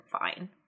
fine